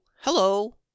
Hello